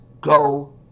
go